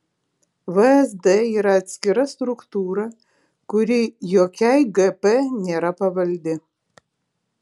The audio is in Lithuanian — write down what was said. vsd yra atskira struktūra kuri jokiai gp nėra pavaldi